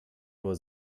nur